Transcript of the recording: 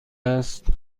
است